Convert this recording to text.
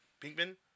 Pinkman